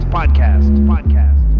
Podcast